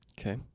Okay